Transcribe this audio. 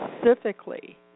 specifically